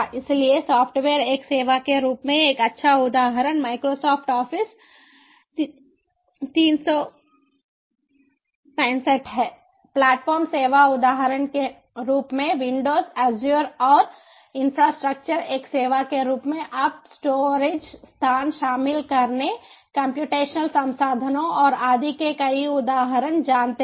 इसलिए सॉफ्टवेयर एक सेवा के रूप में एक अच्छा उदाहरण Microsoft Office 365 है प्लेटफ़ॉर्म सेवा उदाहरण के रूप में Windows Azure और इंफ्रास्ट्रक्चर एक सेवा के रूप में आप स्टोरिज स्थान शामिल करने कम्प्यूटेशनल संसाधनों और आदि के कई उदाहरण जानते हैं